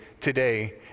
today